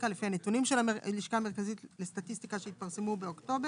הנתונים של הלשכה המרכזית לסטטיסטיקה שיתפרסו באוקטובר.